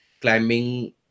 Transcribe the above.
climbing